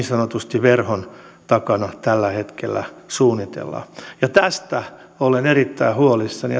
sanotusti verhon takana tällä hetkellä suunnitellaan ja tästä olen erittäin huolissani